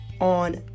on